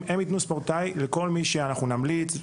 הם יתנו ספורטאי לכל מי שאנחנו נמליץ.